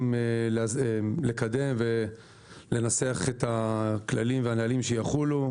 לקדם ולנסח את הכללים והנהלים שיחולו.